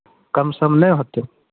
कम सम नहि होतै